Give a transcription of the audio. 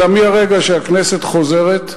אלא מהרגע שהכנסת חוזרת,